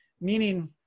meaning